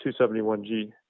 271G